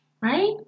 right